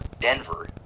Denver